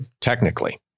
technically